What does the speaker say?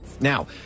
Now